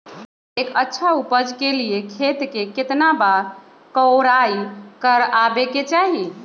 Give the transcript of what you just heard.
एक अच्छा उपज के लिए खेत के केतना बार कओराई करबआबे के चाहि?